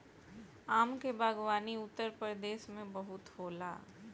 आम के बागवानी उत्तरप्रदेश में बहुते होला